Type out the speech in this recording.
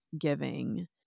giving